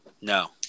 No